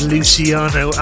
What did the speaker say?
Luciano